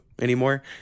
anymore